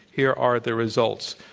here are the results.